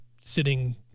sitting